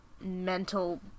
mental